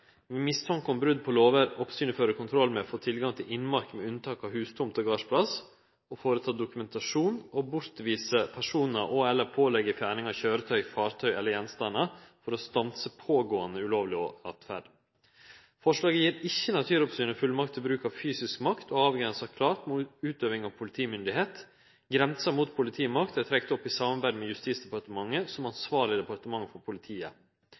mistanke om brot på lover som oppsynet fører kontroll med, få tilgang til innmark med unnatak av hustomt og gardsplass, og føreta dokumentasjon og bortvise personar og/eller krevje køyretøy, fartøy eller gjenstandar fjerna for å stanse pågåande ulovleg åtferd. Forslaget gir ikkje naturoppsynet fullmakt til bruk av fysisk makt og avgrensar klart mot utøving av politimyndigheit. Grensa mot politimakt er trekt opp i samarbeid med Justisdepartementet som ansvarleg departement for politiet.